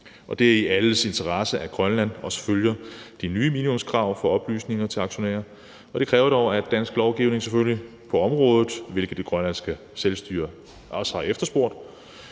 Det er i alles interesse, at Grønland også følger de nye minimumskrav for oplysninger til aktionærer, men det kræver dog dansk lovgivning på området, hvilket det grønlandske selvstyre også har efterspurgt,